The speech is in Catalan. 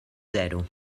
zero